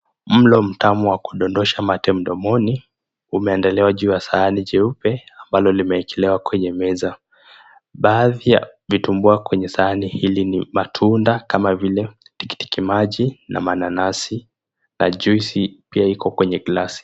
Mlo mtamu wa kudondosha mate mdomoni umeandaliwa juu wa sahani jeupe ambalo limekelewa kwenye meza. Baadhi ya vitumbua kwenye sahani hili ni matunda, kama vile tikitiki maji na mananasi, na juisi pia iko kwenye glasi.